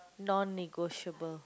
non-negotiable